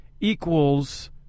equals